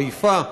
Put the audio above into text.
חיפה.